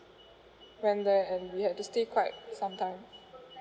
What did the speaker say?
went there and we had to stay quite some time